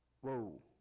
Whoa